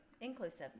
inclusive